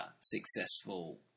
successful